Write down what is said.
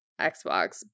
Xbox